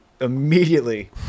immediately